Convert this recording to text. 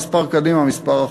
מספר קדימה,